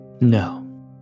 No